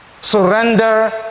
Surrender